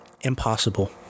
Impossible